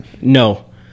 No